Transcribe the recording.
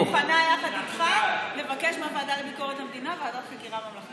אני מוכנה יחד איתך לבקש מהוועדה לביקורת המדינה ועדת חקירה ממלכתית.